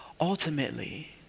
ultimately